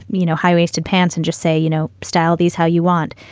you know, high waisted pants and just say, you know, style these how you want.